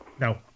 No